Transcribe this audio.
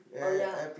oh ya